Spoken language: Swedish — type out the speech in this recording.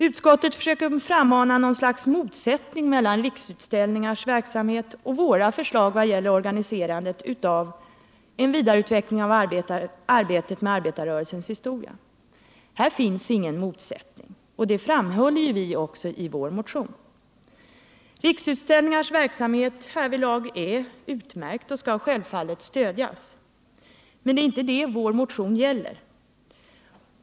Utskottet försöker frammana något slags motsättning mellan Riksutställningars verksamhet och vårt förslag vad gäller organiserandet av en vidareutveckling av arbetet med arbetarrörelsens historia. Men här finns ingen motsättning — och det framhåller vi också i vår motion. Riksutställningars verksamhet härvidlag är utmärkt och skall självfallet stödjas. Men det är inte det vår motion gäller.